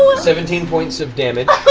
seventeen points of damage.